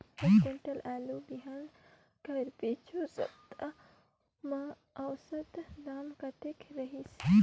एक कुंटल आलू बिहान कर पिछू सप्ता म औसत दाम कतेक रहिस?